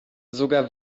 sogar